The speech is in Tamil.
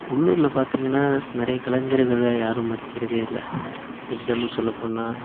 உள்ளூரில் பார்த்தீங்கன்னா நிறைய கலைஞர்களை யாரும் மதிக்கிறதே இல்லை எக்ஸாம்பிள் சொல்ல போனால்